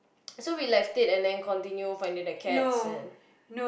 so we left it and then continue finding the cats and